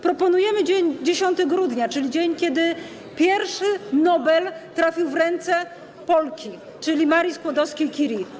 Proponujemy dzień 10 grudnia, czyli dzień, kiedy pierwszy Nobel trafił w ręce Polki, czyli Marii Skłodowskiej-Curie.